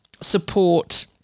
support